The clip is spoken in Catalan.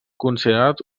considerat